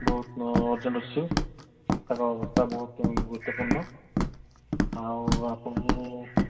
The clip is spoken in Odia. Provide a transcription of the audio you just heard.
ବହୁତ ଅର୍ଜେଣ୍ଟ ଅଛି ତାଙ୍କ ଅବସ୍ଥା ବହୁତ ଗୁରୁତ୍ୱପୂର୍ଣ୍ଣ ଆଉ ଆପଣଙ୍କୁ